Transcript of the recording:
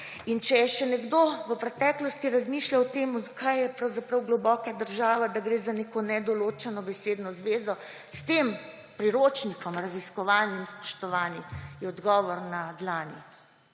Če je še nekdo v preteklosti razmišljal o tem, kaj je pravzaprav globoka država, da gre za neko nedoločeno besedno zvezo, s tem raziskovalnim priporočnikom, spoštovane in spoštovani, je odgovor na dlani.